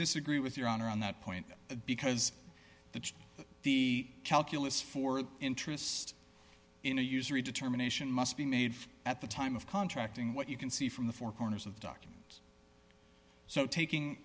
disagree with your honor on that point because that's the calculus for an interest in a usury determination must be made at the time of contracting what you can see from the four corners of the document so taking